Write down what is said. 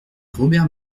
robert